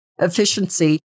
efficiency